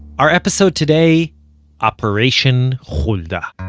our episode today operation hulda.